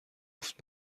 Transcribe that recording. گفت